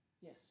Yes